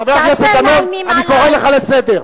חבר הכנסת דנון, אני קורא לך לסדר.